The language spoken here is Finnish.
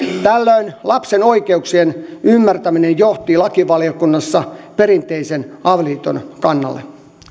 tällöin lapsen oikeuksien ymmärtäminen johti lakivaliokunnassa perinteisen avioliiton kannalle